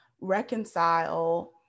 reconcile